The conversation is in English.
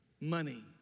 money